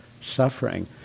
suffering